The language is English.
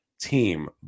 team